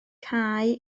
cau